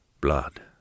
Blood